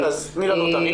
אז תני לנו אותם.